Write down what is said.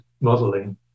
modeling